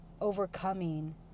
overcoming